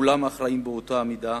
כולם אחראים באותה מידה,